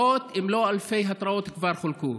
מאות אם לא אלפי התראות כבר חולקו.